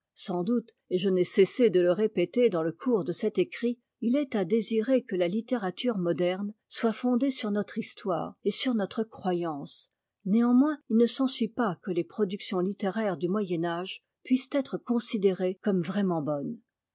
sans doute et je n'ai cessé de le répéter dans le cours de cet écrit il est à désirer que la httérature moderne soit fondée sur notre histoire et sur notre croyance néanmoins il ne s'ensuit pas que les productions littéraires du moyen âge puissent être considérées comme vraiment bonnes